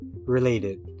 related